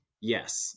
Yes